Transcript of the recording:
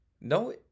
No